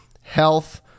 health